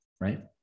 right